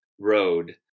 road